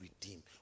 redeem